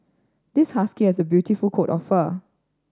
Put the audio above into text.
this husky has a beautiful coat of fur